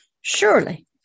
Surely